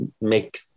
make